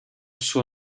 suo